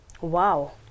Wow